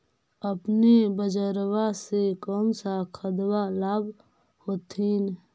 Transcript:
अपने बजरबा से कौन सा खदबा लाब होत्थिन?